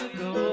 go